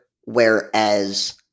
Whereas